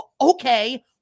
Okay